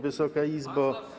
Wysoka Izbo!